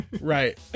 Right